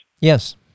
Yes